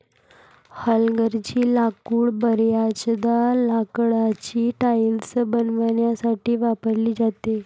हलगर्जी लाकूड बर्याचदा लाकडाची टाइल्स बनवण्यासाठी वापरली जाते